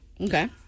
Okay